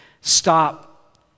stop